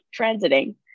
transiting